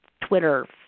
Twitter